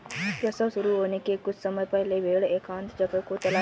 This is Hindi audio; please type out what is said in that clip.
प्रसव शुरू होने के कुछ समय पहले भेड़ एकांत जगह को तलाशती है